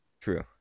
True